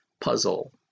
puzzle